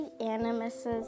animuses